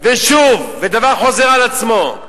והדבר חוזר על עצמו.